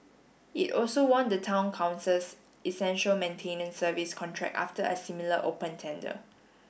it also won the Town Council's essential maintenance service contract after a similar open tender